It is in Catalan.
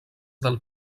del